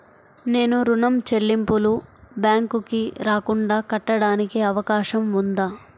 నేను ఋణం చెల్లింపులు బ్యాంకుకి రాకుండా కట్టడానికి అవకాశం ఉందా?